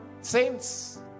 Saints